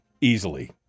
easily